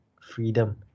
freedom